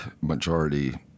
majority